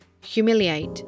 humiliate